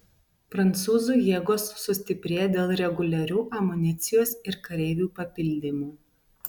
prancūzų jėgos sustiprėja dėl reguliarių amunicijos ir kareivių papildymų